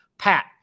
Pat